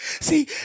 See